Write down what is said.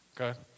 okay